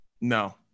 No